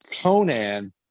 Conan